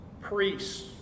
priests